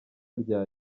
rya